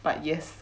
but yes